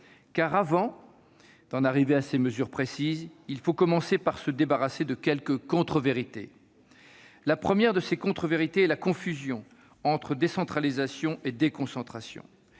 car, avant d'en arriver à ces mesures précises, il faut commencer par se débarrasser de quelques contre-vérités. La première de ces contre-vérités est la confusion entre décentralisation et déconcentration.